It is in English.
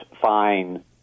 fine